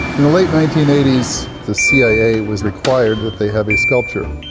in the late nineteen eighty s the cia was required that they have a sculpture.